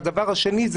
והדבר השני,